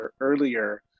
earlier